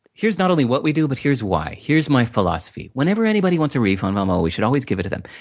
here's not only what we do, but here's why. here's my philosophy. whenever anybody wants a refund, um ah you should always give it to them.